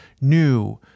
new